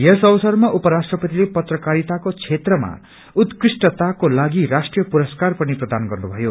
यस अवसरमा उपराष्ट्रपतिले पत्रकारितको क्षेत्रमा उत्कृष्टताको लागि राष्ट्रीय पुरस्कार पनि प्रदान गर्नु भयो